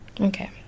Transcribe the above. Okay